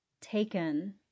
Taken